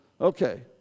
Okay